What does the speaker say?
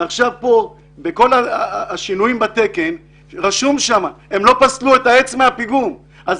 בכל השינויים בתקן כתוב שלא פסלו את העץ מהפיגום אז